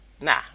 Nah